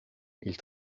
ils